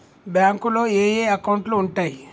బ్యాంకులో ఏయే అకౌంట్లు ఉంటయ్?